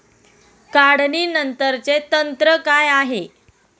काढणीनंतरचे तंत्र काय आहे?